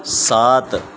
سات